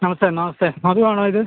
നമസ്തേ നമസ്തേ മധുവാണോ ഇത്